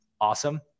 awesome